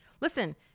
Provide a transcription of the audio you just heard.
Listen